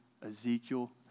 Ezekiel